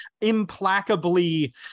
implacably